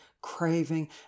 craving